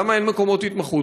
למה אין מקומות התמחות?